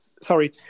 Sorry